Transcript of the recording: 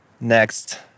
next